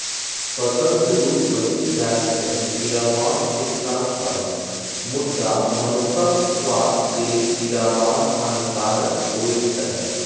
फसल जरुर बचि जाइ छै कीरामार छीटलासँ मुदा मनुखक स्वास्थ्य लेल कीरामार हानिकारक होइ छै